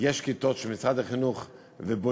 יש כיתות של משרד החינוך ובונים,